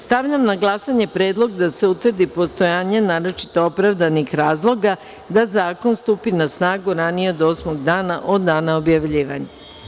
Stavljam na glasanje predlog da se utvrdi postojanje naročito opravdanih razloga da zakon stupi na snagu ranije od osmog dana od dana objavljivanja.